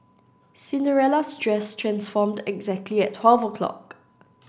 Cinderella's dress transformed exactly at twelve o'clock